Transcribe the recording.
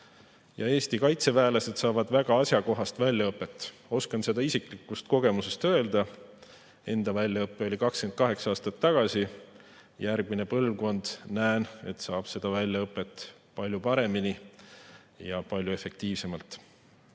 Eesti kaitseväelased saavad väga asjakohast väljaõpet. Oskan seda isiklikust kogemusest öelda, mu enda väljaõpe oli 28 aastat tagasi. Järgmine põlvkond, näen, saab seda väljaõpet palju paremini ja palju efektiivsemalt.